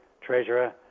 treasurer